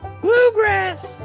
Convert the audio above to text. bluegrass